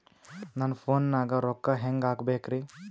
ನನ್ನ ಫೋನ್ ನಾಗ ರೊಕ್ಕ ಹೆಂಗ ಹಾಕ ಬೇಕ್ರಿ?